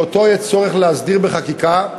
שאותו יש צורך להסדיר בחקיקה,